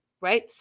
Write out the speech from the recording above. right